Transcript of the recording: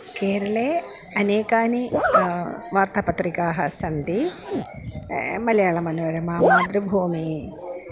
केरळे अनेकाः वार्तापत्रिकाः सन्ति मलयाळमनोरमा मातृभूमी